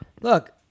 Look